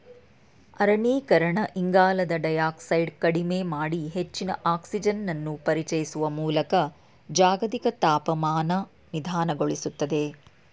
ಅರಣ್ಯೀಕರಣ ಇಂಗಾಲದ ಡೈಯಾಕ್ಸೈಡ್ ಕಡಿಮೆ ಮಾಡಿ ಹೆಚ್ಚಿನ ಆಕ್ಸಿಜನನ್ನು ಪರಿಚಯಿಸುವ ಮೂಲಕ ಜಾಗತಿಕ ತಾಪಮಾನ ನಿಧಾನಗೊಳಿಸ್ತದೆ